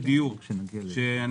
רביזיה.